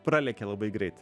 pralėkė labai greit